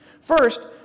First